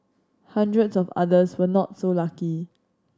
hundreds of others were not so lucky